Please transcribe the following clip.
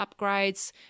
upgrades